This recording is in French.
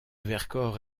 vercors